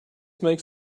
makes